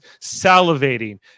salivating